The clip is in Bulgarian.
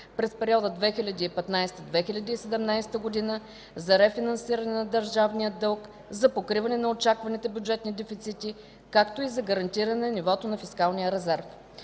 през периода 2015-2017 г. за рефинансиране на държавния дълг, за покриване на очакваните бюджетни дефицити, както и за гарантиране нивото на фискалния резерв.